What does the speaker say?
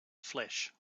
flesh